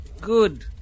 Good